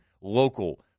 local